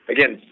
Again